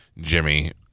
Jimmy